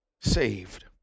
saved